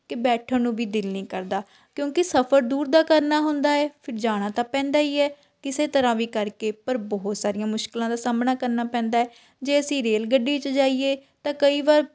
ਕਿ ਬੈਠਣ ਨੂੰ ਵੀ ਦਿਲ ਨਹੀਂ ਕਰਦਾ ਕਿਉਂਕਿ ਸਫ਼ਰ ਦੂਰ ਦਾ ਕਰਨਾ ਹੁੰਦਾ ਹੈ ਫਿਰ ਜਾਣਾ ਤਾਂ ਪੈਂਦਾ ਹੀ ਹੈ ਕਿਸੇ ਤਰ੍ਹਾਂ ਵੀ ਕਰਕੇ ਪਰ ਬਹੁਤ ਸਾਰੀਆਂ ਮੁਸ਼ਕਲਾਂ ਦਾ ਸਾਹਮਣਾ ਕਰਨਾ ਪੈਂਦਾ ਜੇ ਅਸੀਂ ਰੇਲ ਗੱਡੀ 'ਚ ਜਾਈਏ ਤਾਂ ਕਈ ਵਾਰ